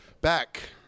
Back